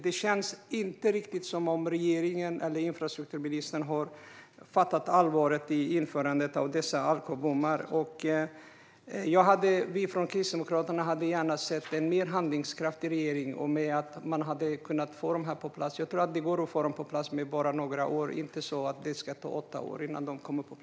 Det känns inte riktigt som att regeringen eller infrastrukturministern har fattat allvaret i införandet av dessa alkobommar. Vi från Kristdemokraterna hade gärna sett en mer handlingskraftig regering så att man hade kunnat få de här bommarna på plats. Jag tror att det går att få dem på plats på bara några år. Det ska inte behöva ta sex år.